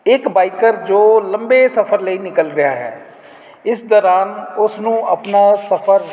ਇਕ ਬਾਈਕਰ ਜੋ ਲੰਬੇ ਸਫ਼ਰ ਲਈ ਨਿਕਲ ਰਿਹਾ ਹੈ ਇਸ ਦੌਰਾਨ ਉਸਨੂੰ ਆਪਣਾ ਸਫ਼ਰ